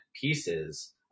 pieces